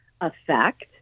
effect